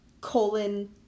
colon